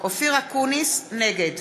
נגד